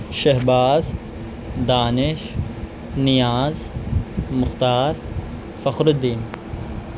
شہباز دانش نیاز مختار فخر الدین